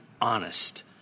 honest